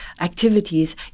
activities